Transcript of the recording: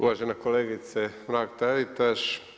Uvažena kolegice Mrak-TAritaš.